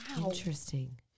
interesting